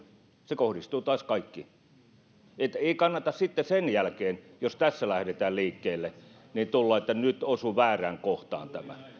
se kohdistuu taas kaikkiin ei kannata sitten sen jälkeen jos tässä lähdetään liikkeelle tulla sanomaan että nyt osui väärään kohtaan tämä